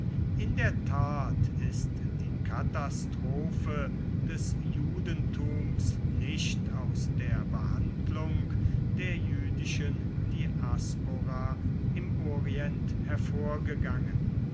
in der tat ist die katastrophe des judentums nicht aus der behandlung der jüdischen diaspora im orient hervorgegangen